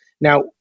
Now